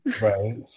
Right